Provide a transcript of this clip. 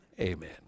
Amen